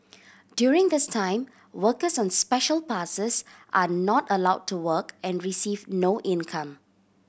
during this time workers on Special Passes are not allowed to work and receive no income